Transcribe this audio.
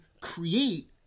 create